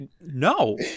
No